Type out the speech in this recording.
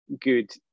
good